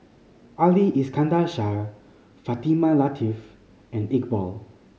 Ali Iskandar Shah Fatimah Lateef and Iqbal